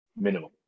minimum